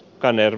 hänen